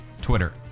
Twitter